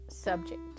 subject